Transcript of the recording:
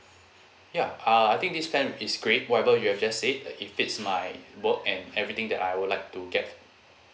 ya uh I think this plan is great whatever you have just said uh it fits my work and everything that I would like to get